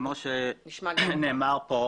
כמו שאומרים,